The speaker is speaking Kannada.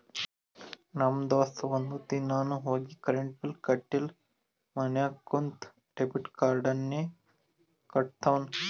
ನಮ್ ದೋಸ್ತ ಒಂದ್ ದಿನಾನು ಹೋಗಿ ಕರೆಂಟ್ ಬಿಲ್ ಕಟ್ಟಿಲ ಮನ್ಯಾಗ ಕುಂತ ಡೆಬಿಟ್ ಕಾರ್ಡ್ಲೇನೆ ಕಟ್ಟತ್ತಾನ್